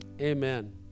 amen